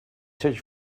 search